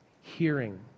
hearing